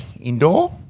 indoor